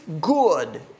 good